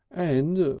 and,